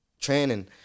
training